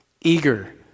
eager